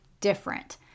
different